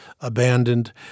abandoned